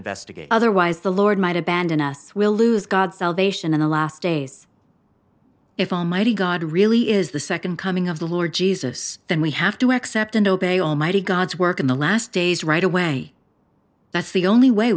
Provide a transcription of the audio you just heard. investigate otherwise the lord might abandon us will lose god's salvation in the last days if our mighty god really is the nd coming of the lord jesus then we have to accept and obey almighty god's work in the last days right away that's the only way